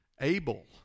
Abel